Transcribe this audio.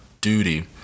duty